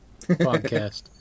podcast